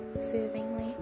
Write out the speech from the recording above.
soothingly